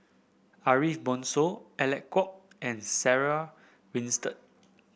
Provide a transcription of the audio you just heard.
Ariff Bongso Alec Kuok and Sarah Winstedt